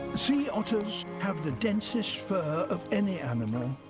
sea otters have the densest fur of any animal,